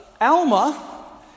Alma